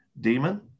Demon